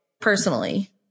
personally